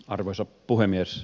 arvoisa puhemies